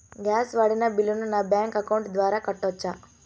Gas వాడిన బిల్లును నా బ్యాంకు అకౌంట్ ద్వారా కట్టొచ్చా?